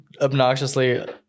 obnoxiously